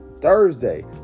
Thursday